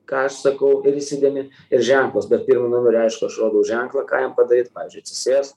ką aš sakau ir įsidėmi ir ženklus bet pirmu numeriu aišku aš rodau ženklą ką jam padaryt pavyzdžiui atsisėst